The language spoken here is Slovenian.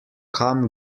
kam